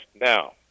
Now